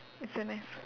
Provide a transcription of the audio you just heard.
it's so nice